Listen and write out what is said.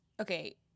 okay